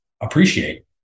appreciate